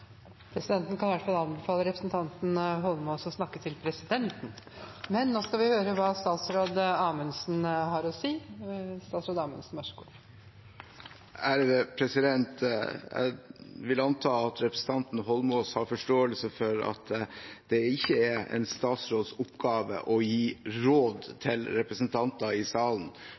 Presidenten kan i hvert fall anbefale representanten Eidsvoll Holmås å snakke til presidenten. Men nå skal vi høre hva statsråd Amundsen har å si – statsråd Amundsen, vær så god. Jeg vil anta at representanten Eidsvoll Holmås har forståelse for at det ikke er en statsråds oppgave å gi råd til representanter i salen